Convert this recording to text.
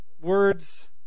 words